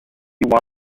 why